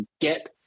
get